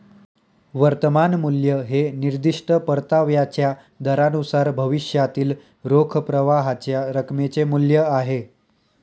वर्तमान मूल्य हे निर्दिष्ट परताव्याच्या दरानुसार भविष्यातील रोख प्रवाहाच्या रकमेचे मूल्य आहे